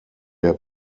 der